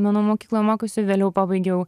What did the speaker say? menų mokykloj mokiausi vėliau pabaigiau